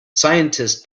scientists